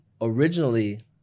Originally